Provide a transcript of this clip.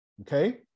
okay